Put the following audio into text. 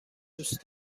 دوست